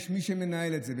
יש מי שמנהל את זה.